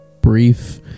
brief